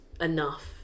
enough